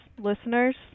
listeners